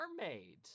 mermaid